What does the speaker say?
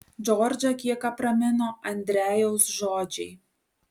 džordžą kiek apramino andrejaus žodžiai